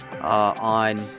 on